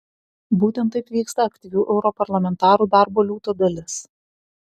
būtent taip vyksta aktyvių europarlamentarų darbo liūto dalis